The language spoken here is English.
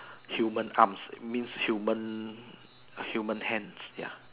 human arms means human human hands ya